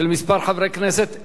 של כמה חברי כנסת.